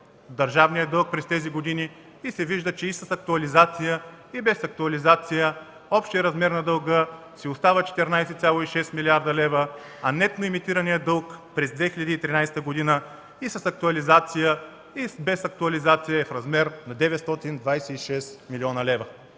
държавният дълг през тези години. Вижда се, че и с актуализация, и без актуализация общият размер на дълга остава 14,6 млрд. лв., а нетно емитираният дълг през 2013 г. и с актуализация, и без актуализация е в размер на 926 млн. лв.